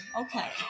Okay